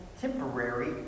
temporary